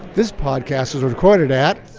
this podcast was recorded at.